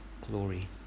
glory